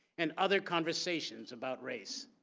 and other conversations about race.